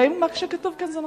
והאם מה שכתוב כאן זה נכון.